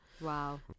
Wow